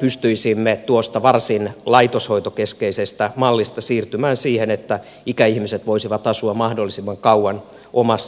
pystyisimme tuosta varsin laitoshoitokeskeisestä mallista siirtymään siihen että ikäihmiset voisivat asua mahdollisimman kauan omassa kodissaan